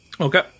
Okay